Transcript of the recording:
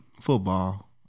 football